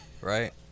right